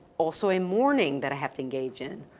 also, a mourning that i have to engage in.